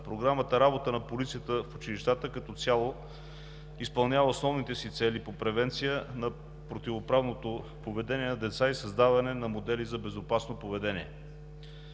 Програмата „Работа на полицията в училищата“ като цяло изпълнява основните си цели по превенция на противоправното поведение на деца и създаване на модели за безопасно поведение.